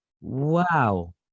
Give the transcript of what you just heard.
Wow